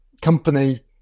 company